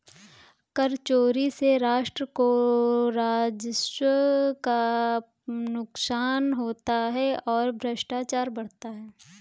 कर चोरी से राष्ट्र को राजस्व का नुकसान होता है और भ्रष्टाचार बढ़ता है